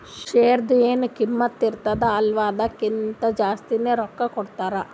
ಶೇರ್ದು ಎನ್ ಕಿಮ್ಮತ್ ಇರ್ತುದ ಅಲ್ಲಾ ಅದುರ್ಕಿಂತಾ ಜಾಸ್ತಿನೆ ರೊಕ್ಕಾ ಕೊಡ್ತಾರ್